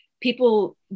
People